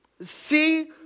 See